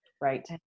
Right